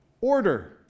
order